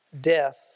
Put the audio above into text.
death